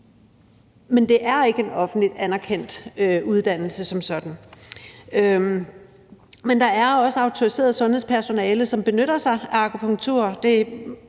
men det er ikke en offentligt anerkendt uddannelse som sådan. Men der er også autoriseret sundhedspersonale, som benytter sig af akupunktur.